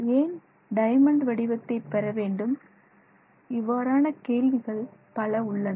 ஏன் டயமண்ட் வடிவத்தை பெற வேண்டும் இவ்வாறான கேள்விகள் பல உள்ளன